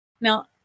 now